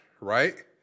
right